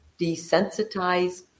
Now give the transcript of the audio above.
desensitize